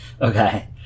Okay